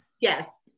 yes